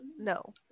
No